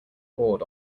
board